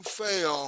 fail